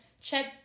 Check